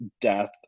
death